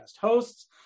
hosts